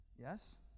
Yes